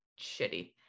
shitty